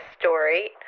story